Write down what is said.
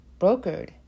brokered